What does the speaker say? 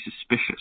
suspicious